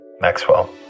Maxwell